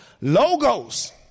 logos